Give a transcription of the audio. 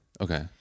Okay